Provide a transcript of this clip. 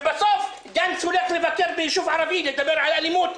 ובסוף גנץ הולך לבקר ביישוב ערבי לדבר על אלימות,